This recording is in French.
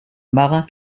marin